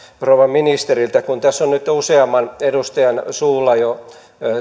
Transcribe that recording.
rouva ministeriltä tässä on nyt useamman edustajan suulla jo